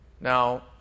Now